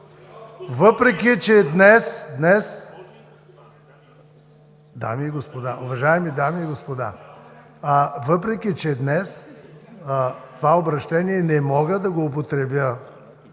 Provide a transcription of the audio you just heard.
Въпреки че днес това обръщение не мога да го употребя